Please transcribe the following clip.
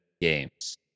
games